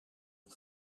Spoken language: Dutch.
een